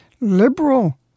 liberal